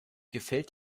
gefällt